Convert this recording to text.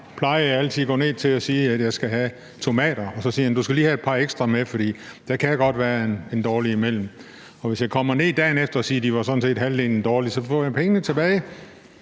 Jeg plejer altid at gå ned til min grønthandler og sige, at jeg skal have tomater, og så siger han: Du skal lige have et par ekstra med, for der kan godt være en dårlig imellem. Og hvis jeg kommer ned dagen efter og siger, at halvdelen sådan set var dårlige, får jeg pengene tilbage.